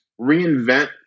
reinvent